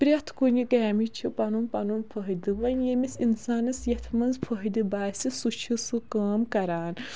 پرٛٮ۪تھ کُنہِ کامہِ چھُ پَنُن پَنُن فٲیدٕ وۄنۍ یٔمِس اِنسانَس یَتھ منٛز فٲیدٕ باسہِ سُہ چھُ سُہ کٲم کَران